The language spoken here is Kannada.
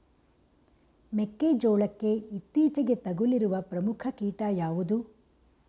ಮೆಕ್ಕೆ ಜೋಳಕ್ಕೆ ಇತ್ತೀಚೆಗೆ ತಗುಲಿರುವ ಪ್ರಮುಖ ಕೀಟ ಯಾವುದು?